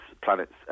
planets